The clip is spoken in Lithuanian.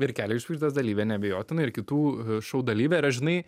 ir kelio išvaizdos dalyvė neabejotinai ir kitų šou dalyvė ir aš žinai